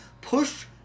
push